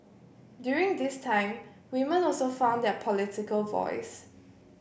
during this time women also found their political voice